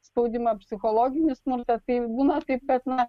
spaudimą psichologinį smurtą tai būna taip kad na